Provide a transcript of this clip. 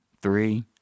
three